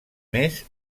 més